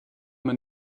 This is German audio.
man